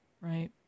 Right